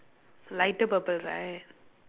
lighter purple right